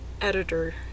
editor